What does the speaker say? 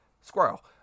Squirrel